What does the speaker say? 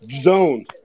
Zone